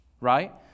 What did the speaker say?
Right